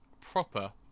proper